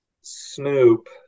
Snoop